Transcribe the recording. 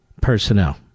personnel